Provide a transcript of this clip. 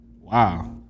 Wow